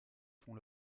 font